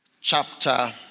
Chapter